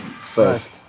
first